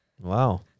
wow